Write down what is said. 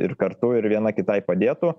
ir kartu ir viena kitai padėtų